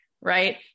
right